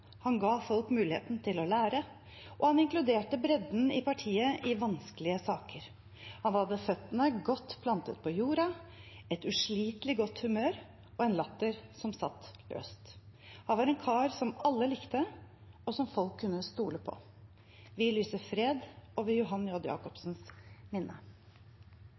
han ga folk muligheten til å lære, og han inkluderte bredden i partiet i vanskelige saker. Han hadde føttene godt plantet på jorda, et uslitelig godt humør og en latter som satt løst. Han var en kar som alle likte, og som folk kunne stole på. Vi lyser fred over Johan J. Jakobsens minne.